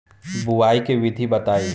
बुआई के विधि बताई?